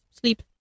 Sleep